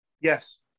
Yes